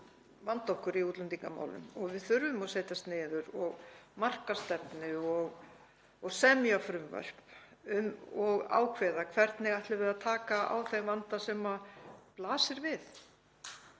vanda okkur í útlendingamálum og við þurfum að setjast niður og marka stefnu og semja frumvörp og ákveða hvernig við ætlum að taka á þeim vanda sem blasir við.